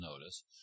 notice